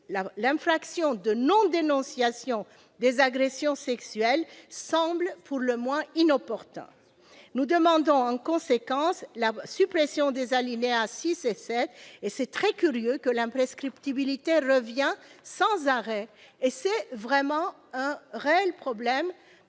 l'infraction de non-dénonciation des agressions sexuelles semble pour le moins inopportun. Nous demandons en conséquence la suppression des alinéas 6 et 7. Il est tout de même très curieux que l'imprescriptibilité revienne sans arrêt dans nos débats. C'est vraiment un réel problème